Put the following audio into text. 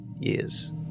years